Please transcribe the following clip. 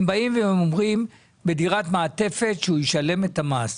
הם באים ואומרים: בדירת מעטפת שהוא ישלם את המס.